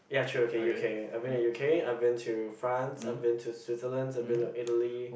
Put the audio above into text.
ya true okay U_K I've been to U_K I've been to France I've been to Switzerland I've been to Italy